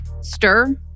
stir